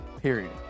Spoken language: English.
Period